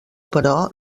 però